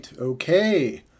Okay